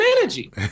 energy